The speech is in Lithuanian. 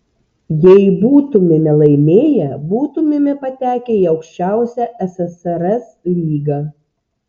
jei būtumėme laimėję būtumėme patekę į aukščiausią ssrs lygą